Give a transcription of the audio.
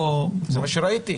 זה מה שראיתי.